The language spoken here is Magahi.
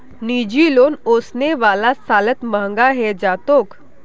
निजी लोन ओसने वाला सालत महंगा हैं जातोक